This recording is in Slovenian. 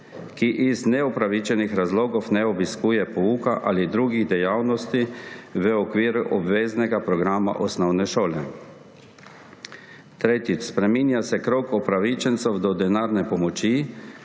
ki iz neupravičenih razlogov ne obiskuje pouka ali drugih dejavnosti v okviru obveznega programa osnovne šole. Tretjič. Spreminja se krog upravičencev do denarne pomoči,